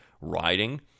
riding